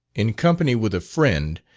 in company with a friend,